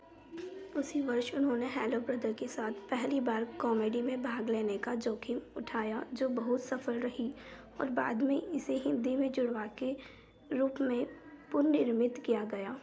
उसी वर्ष उन्होंने हैलो ब्रदर के साथ पहली बार कॉमेडी में भाग लेने का जोखिम उठाया जो बहुत सफल रही और बाद में इसे हिंदी में जुड़वा के रूप में पुनर्निर्मित किया गया